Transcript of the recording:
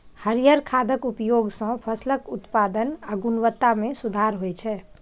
हरियर खादक उपयोग सं फसलक उत्पादन आ गुणवत्ता मे सुधार होइ छै